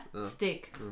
Stick